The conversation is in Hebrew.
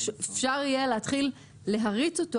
אפשר יהיה להתחיל להריץ אותו.